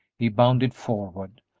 he bounded forward,